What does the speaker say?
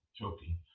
choking